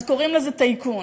אז קוראים לזה "טייקון".